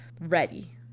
ready